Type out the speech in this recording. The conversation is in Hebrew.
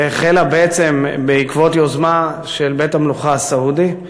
שהחלה בעצם בעקבות יוזמה של בית-המלוכה הסעודי,